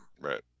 Right